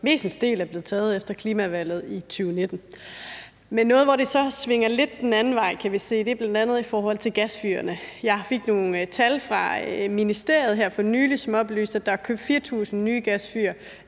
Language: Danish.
mestendels er blevet taget efter klimavalget i 2019. Men noget, hvor det så svinger lidt den anden vej, kan vi se, er bl.a. i forhold til gasfyrene. Jeg fik nogle tal fra ministeriet her for nylig, som oplyste, at der er købt 4.000 nye gasfyr